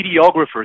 videographers